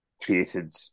created